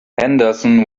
henderson